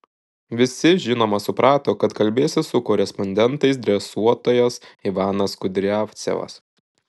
visi žinoma suprato kad kalbėsis su korespondentais dresuotojas ivanas kudriavcevas